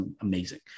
amazing